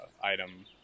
item